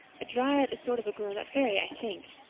a dryad is sort of a grown-up fairy, i think.